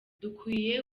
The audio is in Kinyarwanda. dukwiye